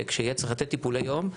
שכשיהיה צריך לתת טיפולי יום,